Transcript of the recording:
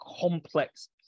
complex